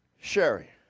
Sherry